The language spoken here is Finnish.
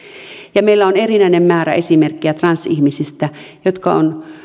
ja meillä on erinäinen määrä esimerkkejä transihmisistä jotka ovat